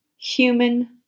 Human